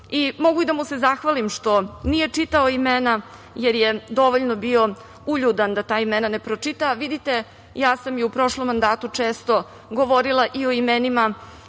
Mogu i da mu se zahvalim što nije čitao imena, jer je dovoljno bio uljudan da ta imena ne pročita. Vidite, ja sam i u prošlom mandatu često govorila i o imenima